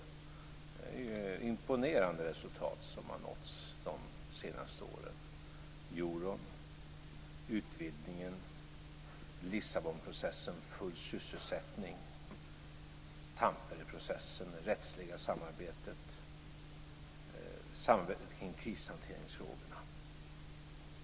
Det har nåtts imponerande resultat under de senaste åren: euron, utvidgningen, Lissabonprocessen, full sysselsättning, Tampereprocessen, det rättsliga samarbetet, samarbetet kring krishanteringsfrågorna.